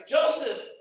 Joseph